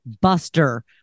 buster